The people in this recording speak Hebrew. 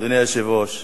אדוני היושב-ראש,